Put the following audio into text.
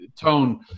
tone